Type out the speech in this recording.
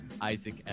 Isaac